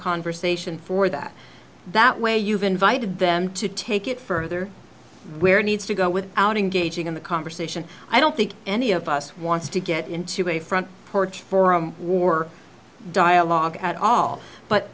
conversation for that that way you've invited them to take it further where needs to go with out engaging in the conversation i don't think any of us wants to get into a front porch for a war dialogue at all but